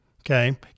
Okay